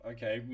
Okay